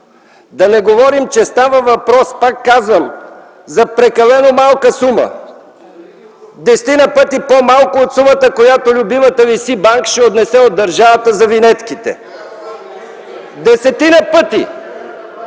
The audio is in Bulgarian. да не говорим, че става въпрос, пак казвам, за прекалено малка сума. Тя е десетина пъти по-малка от сумата, която любимата ви СИБАНК ще отнесе от държавата за винетките. (Шум и